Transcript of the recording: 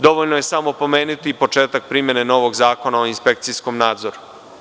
Dovoljno je samo pomenuti početak primene novog Zakona o inspekcijskom nadzoru.